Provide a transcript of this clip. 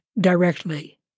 directly